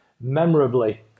memorably